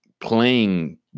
playing